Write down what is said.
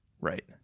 right